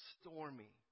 stormy